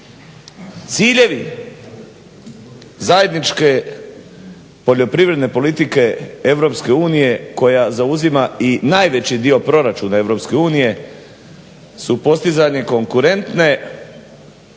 Ciljevi zajedničke poljoprivredne politike EU koja zauzima i najveći dio proračuna EU su postizanje konkurentne